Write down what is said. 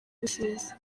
rusizi